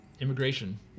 immigration